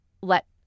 let